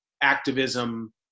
activism